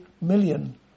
million